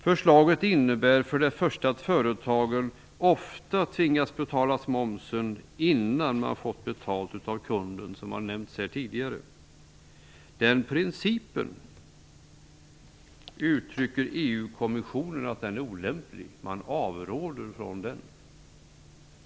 Förslaget innebär för det första, vilket också tidigare har nämnts här, att företagen ofta tvingas betala moms innan man fått betalt av kunden. EU kommissionen uttrycker att den principen är olämplig och avråder från den.